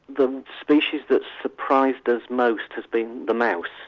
the species that surprised us most has been the mouse,